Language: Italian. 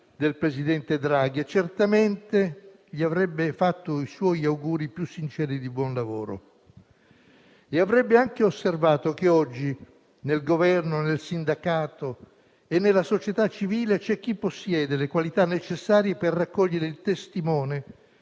del presidente Draghi, a cui, certamente, avrebbe fatto i suoi auguri più sinceri di buon lavoro. Egli avrebbe anche osservato che oggi, nel Governo, nel sindacato e nella società civile, c'è chi possiede le qualità necessarie per raccogliere il testimone